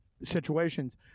situations